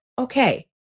Okay